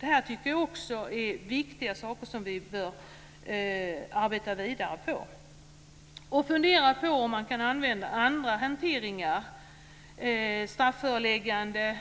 Jag tycker att också detta är viktiga frågor, som vi bör arbeta vidare med. Vi bör fundera över om man kan använda andra handläggningsmetoder. Här har tidigare